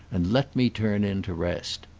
and let me turn in to rest.